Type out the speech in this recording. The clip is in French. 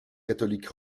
catholique